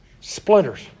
Splinters